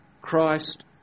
Christ